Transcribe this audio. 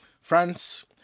France